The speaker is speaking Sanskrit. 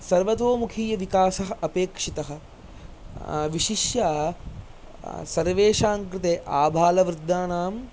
सर्वतोमुखीयविकासः अपेक्षितः विशिष्य सर्वेषां कृते आबालवृद्धानां